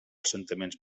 assentaments